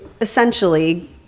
essentially